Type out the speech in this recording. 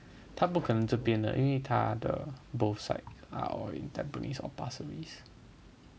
他不可能这边的因为他的 both side are all in Tampines or Pasir-Ris